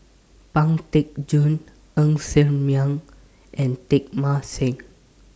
Pang Teck Joon Ng Ser Miang and Teng Mah Seng